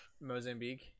mozambique